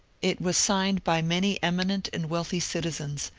it was signed by many eminent and wealthy citizens,